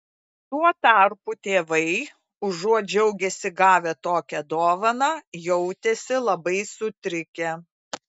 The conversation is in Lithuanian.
tuo tarpu tėvai užuot džiaugęsi gavę tokią dovaną jautėsi labai sutrikę